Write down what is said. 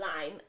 line